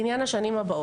לעניין השנים הבאות,